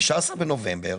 מ-15 בנובמבר,